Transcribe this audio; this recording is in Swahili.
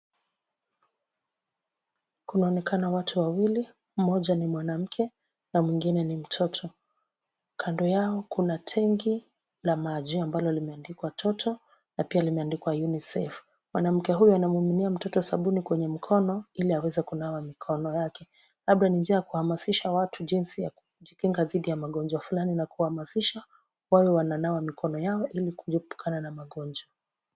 Kunaonekana watu wawili mmoja ni mwanamke na mwingine ni mtoto. Kando yao kuna tenki la maji ambalo limeandikwa Toto na pia limeandikwa UNICEF. Mwanamke huyo anammiminia mtoto sabuni kwenye mkono ili aweze kunawa mikono yake. Labda ni njia ya kuhamasisha watu dhidi ya kujikinga na magonjwa fulani na kuhamasisha wawe wananawa mikono yao ili kuepukana na magonjwa.